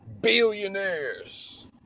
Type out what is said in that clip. Billionaires